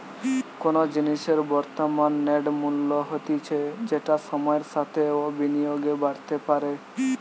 কোনো জিনিসের বর্তমান নেট মূল্য হতিছে যেটা সময়ের সাথেও বিনিয়োগে বাড়তে পারে